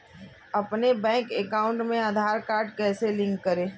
अपने bank account में Aadhaar card कैसे लिंक करें?